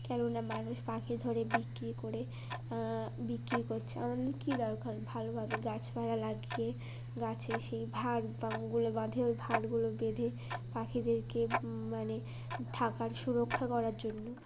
কেননা মানুষ পাখি ধরে বিক্রি করে বিক্রি করছে আমাদের কী দরকার ভালোভাবে গাছপালা লাগিয়ে গাছে সেই ভাঁড়গুলো বাঁধে ওই ভাঁড়গুলো বেঁধে পাখিদেরকে মানে থাকার সুরক্ষা করার জন্য